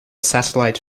satellite